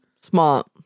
Smart